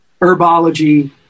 herbology